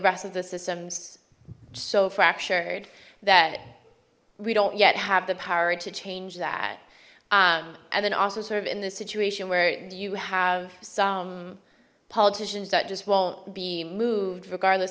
rest of the systems so fractured that we don't yet have the power to change that and then also sort of in this situation where you have some politicians that just won't be moved regardless